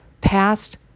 past